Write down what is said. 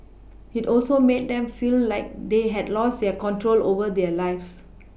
it also made them feel like they had lost their control over their lives